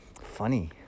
funny